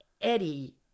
Eddie